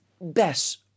best